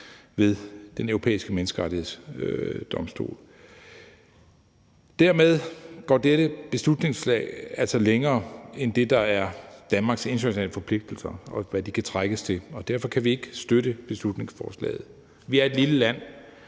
ved Den Europæiske Menneskerettighedsdomstol. Dermed går dette beslutningsforslag altså længere, end hvad kan rummes i det, der er Danmarks internationale forpligtelser, og hvad de kan trækkes til, og derfor kan vi ikke støtte beslutningsforslaget. Vi er et lille land.